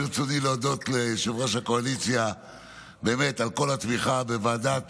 ברצוני באמת להודות ליושב-ראש הקואליציה על כל התמיכה בוועדת